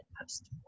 post